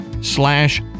slash